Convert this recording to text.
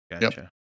Gotcha